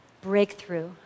breakthrough